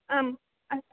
आम् अस्